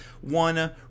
one